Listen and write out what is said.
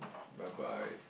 bye bye